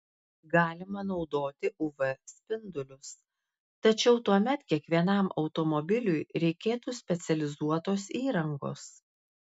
galima naudoti uv spindulius tačiau tuomet kiekvienam automobiliui reikėtų specializuotos įrangos